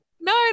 No